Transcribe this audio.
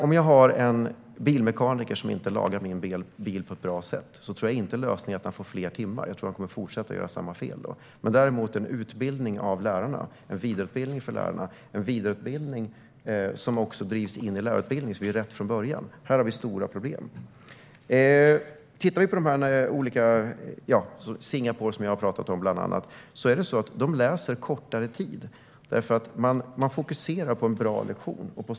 Om jag har en bilmekaniker som inte lagar min bil på ett bra sätt tror jag inte att lösningen är att han får fler timmar. Jag tror att han kommer att fortsätta göra samma fel då. Det som däremot behövs är utbildning. För lärarna behöver vi en vidareutbildning som också drivs in i lärarutbildningen, så att vi gör rätt från början. Här har vi stora problem. Jag har pratat om bland annat Singapore. Där läser man kortare tid och fokuserar på bra lektioner.